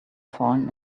fallen